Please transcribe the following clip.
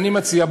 אני מציע,